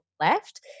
left